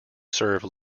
serve